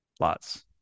Lots